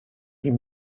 ihm